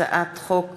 הצעת חוק